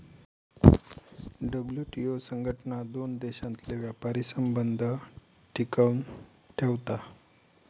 WTO संघटना दोन देशांतले व्यापारी संबंध टिकवन ठेवता